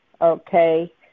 okay